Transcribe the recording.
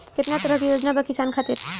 केतना तरह के योजना बा किसान खातिर?